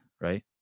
right